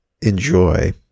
enjoy